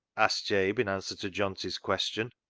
asked jabe in answer to johnty's question.